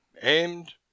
Aimed